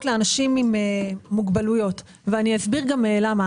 לאנשים עם מוגבלויות ואני אסביר גם למה.